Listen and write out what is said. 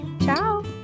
ciao